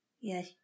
Yes